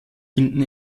hinten